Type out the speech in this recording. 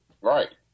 Right